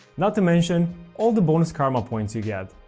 not to mention all the bonus karma points you get.